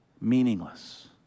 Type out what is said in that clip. meaningless